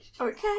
Okay